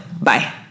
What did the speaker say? Bye